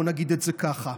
בוא נגיד זאת ככה.